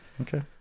okay